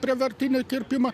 prievartinį kirpimą